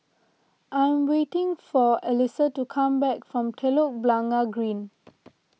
I'm waiting for Alissa to come back from Telok Blangah Green